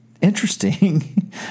interesting